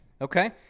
Okay